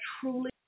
truly